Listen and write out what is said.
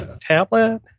tablet